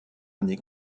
années